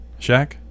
Shaq